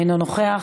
אינו נוכח,